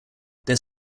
their